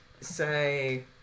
say